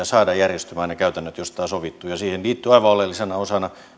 saada järjestymään ne käytännöt joista on sovittu siihen liittyy aivan oleellisena osana